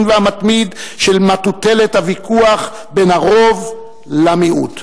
והמטרידה של מטוטלת הוויכוח בין הרוב למיעוט.